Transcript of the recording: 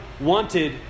wanted